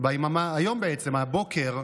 היום בעצם, מהבוקר,